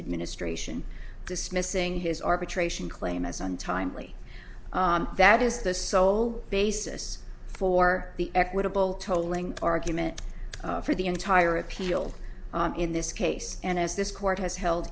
administration dismissing his arbitration claim as untimely that is the sole basis for the equitable tolling argument for the entire appeal in this case and as this court has held